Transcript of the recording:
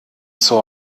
zur